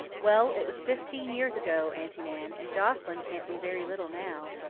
well, it was fifteen years ago, aunty nan, and joscelyn can't be very little now.